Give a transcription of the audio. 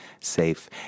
safe